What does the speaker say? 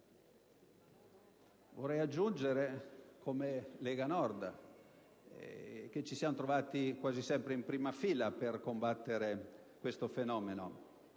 Vorrei aggiungere che, come Lega Nord, ci siamo trovati quasi sempre in prima fila per combattere questo fenomeno.